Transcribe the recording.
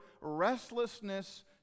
restlessness